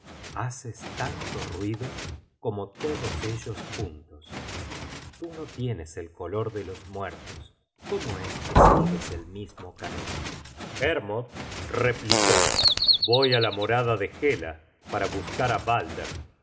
haces tanto ruido como todos ellos juntos tú no tienes el color de los muertos cómo es que sigues el mismo camino hermod replicó voyála morada de hela para buscar á balder